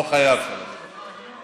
לא חייב שלוש דקות.